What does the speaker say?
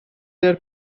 their